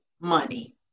money